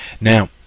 now